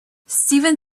steven